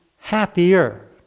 happier